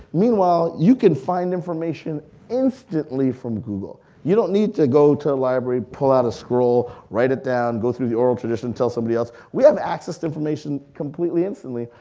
meanwhile you could find information instantly from google. you don't need to go to a library, pull out a scroll, right it down, go through oral tradition, tell somebody else. we have access to information completely instantly.